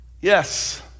Yes